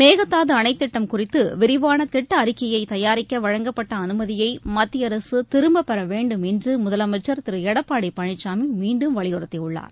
மேகதாது அணைத் திட்டம் குறித்து விரிவான திட்ட அறிக்கையை தயாரிக்க வழங்கப்பட்ட அனுமதியை மத்திய அரசு திரும்பப் பெற வேண்டும் என்று முதலமைச்சர் திரு எடப்பாடி பழனிசாமி மீண்டும் வலியுறுத்தியுள்ளார்